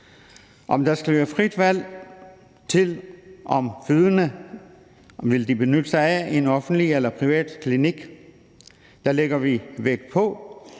om der skal være frit valg for den fødende til at vælge en offentlig eller en privat klinik, lægger vi vægt på,